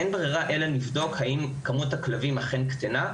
אין ברירה אלא לבדוק האם כמות הכלבים אכן קטנה.